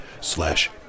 slash